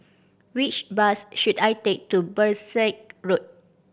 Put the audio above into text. which bus should I take to Berkshire Road